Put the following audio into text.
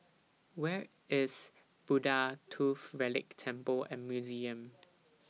Where IS Buddha Tooth Relic Temple and Museum